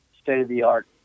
state-of-the-art